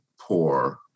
poor